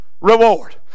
reward